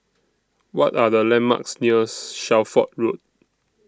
What Are The landmarks near's Shelford Road